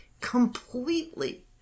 completely